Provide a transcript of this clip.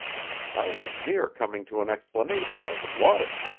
i was near coming to an explanation, as it was.